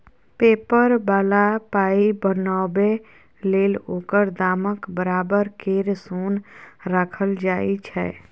paper बला पाइ बनाबै लेल ओकर दामक बराबर केर सोन राखल जाइ छै